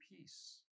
peace